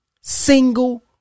single